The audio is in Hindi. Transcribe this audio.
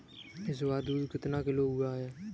इस बार दूध कितना किलो हुआ है?